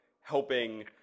helping